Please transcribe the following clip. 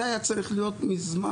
זה היה צריך להיות מזמן.